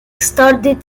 started